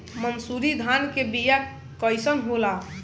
मनसुरी धान के बिया कईसन होला?